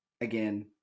again